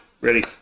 Ready